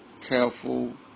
careful